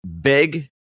big